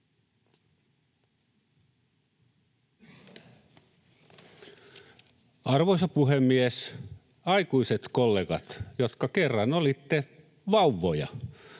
Arvoisa puhemies! Aikuiset kollegat, jotka kerran olitte vauvoja!